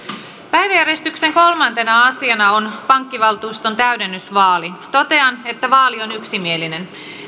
päiväjärjestyksen kolmantena asiana on pankkivaltuuston täydennysvaali totean että vaali on yksimielinen